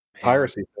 piracy